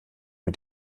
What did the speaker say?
mit